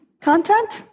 content